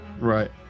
Right